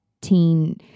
teen